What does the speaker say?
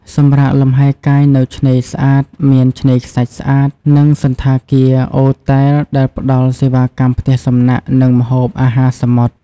សម្រាកលំហែកាយនៅឆ្នេរស្អាតមានឆ្នេរខ្សាច់ស្អាត និងសណ្ឋាគារ អូរតែលដែលផ្តល់សេវាកម្មផ្ទះសំណាក់ និងម្ហូបអាហារសមុទ្រ។